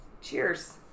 cheers